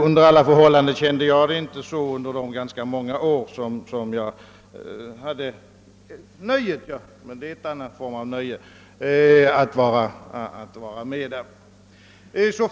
Under alla förhållanden kände jag det inte själv på det sättet under de ganska många år jag hade nöjet — men det var en annan form av nöje — att vara med i en skolstyrelse.